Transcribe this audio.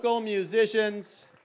musicians